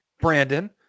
Brandon